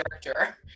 character